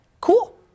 Cool